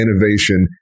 innovation